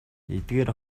эдгээр